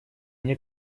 мне